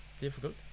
Difficult